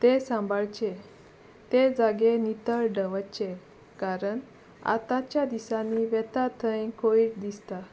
ते सांबाळचे ते जागे नितळ दवरचे कारण आतांच्या दिसांनी वेता थंय कोयर दिसता